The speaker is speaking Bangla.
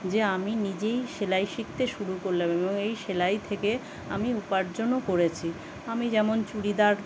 যে আমি নিজেই সেলাই শিখতে শুরু করলাম এবং এই সেলাই থেকে আমি উপার্জনও করেছি আমি যেমন চুড়িদার